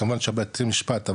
כמובן שבתי משפט,